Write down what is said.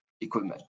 equipment